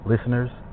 Listeners